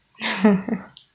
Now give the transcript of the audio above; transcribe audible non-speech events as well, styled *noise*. *laughs*